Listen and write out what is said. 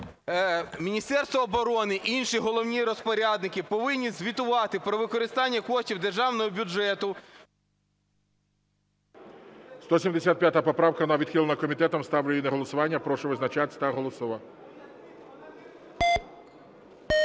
Міністерство оборони і інші головні розпорядники повинні звітувати про використання коштів державного бюджету… ГОЛОВУЮЧИЙ. 175 поправка, вона відхилена комітетом. Ставлю її на голосування. Прошу визначатись та голосувати.